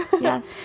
yes